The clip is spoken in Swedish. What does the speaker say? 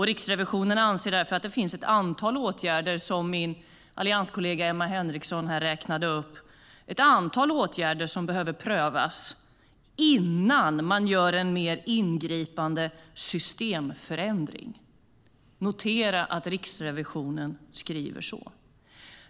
Riksrevisionen anser därför att det finns ett antal åtgärder, som min allianskollega Emma Henriksson räknade upp, som behöver prövas innan man gör en mer ingripande systemförändring. Notera att Riksrevisionen skriver så.